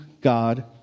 God